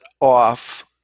off